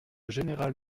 général